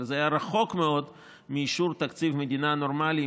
אבל זה היה רחוק מאוד מאישור תקציב מדינה נורמלי,